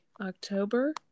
October